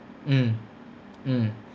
mm mm